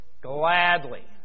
gladly